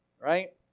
right